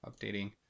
updating